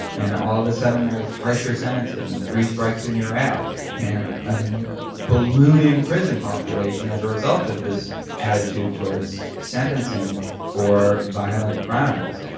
and all of a sudden there is harsher sentences, and three strikes and you're out and um ballooning prison population as a result of this attitude towards sentencing for violent crimes.